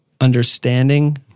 understanding